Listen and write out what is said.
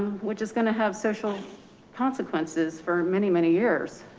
which is gonna have social consequences for many, many years.